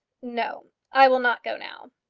no i will not go now.